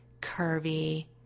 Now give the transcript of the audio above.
curvy